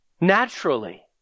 naturally